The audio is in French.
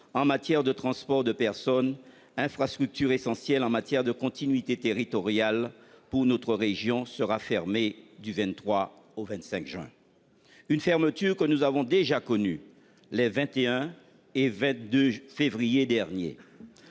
en matière de transport de personnes- une infrastructure essentielle en matière de continuité territoriale pour notre région -, sera fermé du 23 au 25 juin. J'ajoute que nous avons déjà connu une fermeture le 21 et le 22 février dernier.